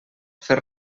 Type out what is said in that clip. fer